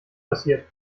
passiert